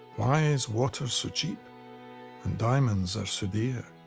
why is water so cheap and diamonds are so dear?